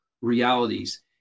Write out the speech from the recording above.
realities